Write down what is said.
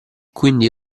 quindi